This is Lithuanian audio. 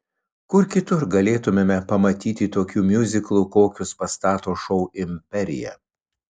kur kitur galėtumėme pamatyti tokių miuziklų kokius pastato šou imperija